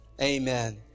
amen